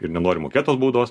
ir nenori mokėt tos baudos